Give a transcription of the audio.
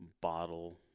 bottle